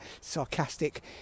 sarcastic